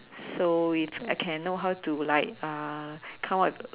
so it's I can know how to like uh come up with